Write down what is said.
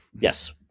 Yes